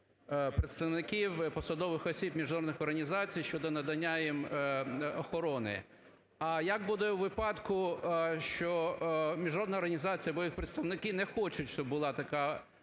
представників посадових осіб міжнародних організацій щодо надання їм охорони. А як буде у випадку, що міжнародна організація, бо їх представники не хочуть, щоб була така